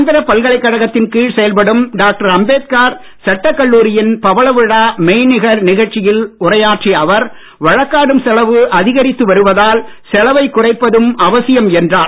ஆந்திரப் பல்கலைக்கழகத்தின் கீழ் செயல்படும் டாக்டர் அம்பேத்கார் சட்டக் கல்லூரியின் பவளவிழா மெய்நிகர் நிகழ்ச்சியில் உரையாற்றிய அவர் வழக்காடும் செலவு அதிகரித்து வருவதால் செலவை குறைப்பதும் அவசியம் என்றார்